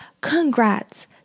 Congrats